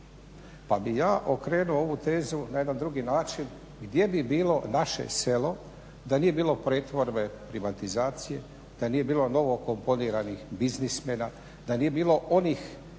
pa bih ja okrenuo ovu tezu na jedan drugi način. Gdje bi bilo naše selo da nije bilo pretvorbe, privatizacije, da nije bilo novokomponiranih biznismena, da nije bilo dijela